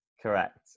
Correct